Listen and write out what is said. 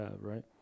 right